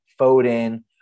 Foden